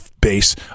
base